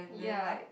ya